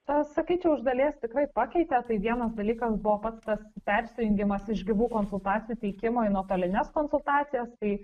na sakyčiau iš dalies tikrai pakeitė tai vienas dalykas buvo pats tas persijungimas iš gyvų konsultacijų teikimo į nuotolines konsultacijas tai